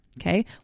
Okay